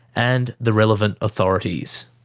and the relevant authorities.